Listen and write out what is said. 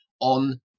on